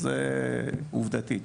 זו עובדה.